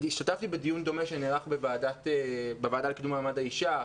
השתתפתי בדיון דומה שנערך בוועדה לקידום מעמד האישה,